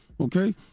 okay